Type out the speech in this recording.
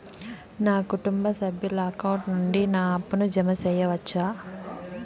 నా కుటుంబ సభ్యుల అకౌంట్ నుండి నా అప్పును జామ సెయవచ్చునా?